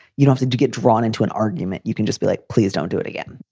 you don't need to get drawn into an argument. you can just be like, please don't do it again.